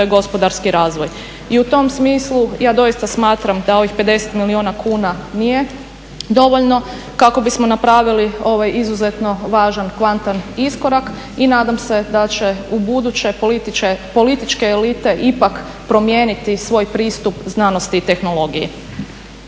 gospodarski razvoj. I u tom smislu ja doista smatram da ovih 50 milijuna kuna nije dovoljno kako bismo napravili ovaj izuzetno važan i kvantni iskorak i nadam se da će ubuduće političke elite ipak promijeniti svoj pristup znanosti i tehnologiji.